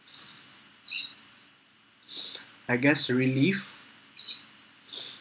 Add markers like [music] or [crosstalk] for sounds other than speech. I guess a relief [laughs]